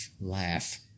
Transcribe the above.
Laugh